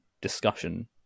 discussion